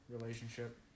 relationship